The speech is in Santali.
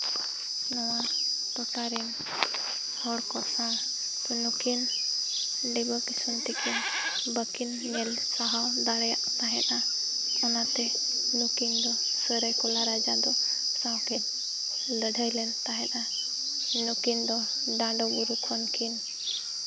ᱱᱚᱣᱟ ᱴᱚᱴᱷᱟᱨᱮᱱ ᱦᱚᱲ ᱠᱚ ᱥᱟᱶ ᱱᱩᱠᱤᱱ ᱰᱤᱵᱟᱹᱼᱠᱤᱥᱩᱱ ᱛᱟᱠᱤᱱ ᱵᱟᱹᱠᱤᱱ ᱧᱮᱞ ᱥᱟᱦᱟᱣ ᱫᱟᱲᱮᱭᱟᱜ ᱛᱟᱦᱮᱸᱫᱼᱟ ᱚᱱᱟᱛᱮ ᱱᱩᱠᱤᱱ ᱫᱚ ᱥᱟᱹᱨᱟᱹᱭᱠᱮᱞᱟ ᱨᱟᱡᱟ ᱫᱚ ᱥᱟᱶᱠᱤᱱ ᱞᱟᱹᱲᱦᱟᱹᱭ ᱞᱮᱱ ᱛᱟᱦᱮᱸᱫ ᱱᱩᱠᱤᱱ ᱫᱚ ᱰᱟᱸᱫᱳ ᱵᱩᱨᱩ ᱠᱷᱚᱱ ᱠᱤᱱ